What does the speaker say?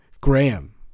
Graham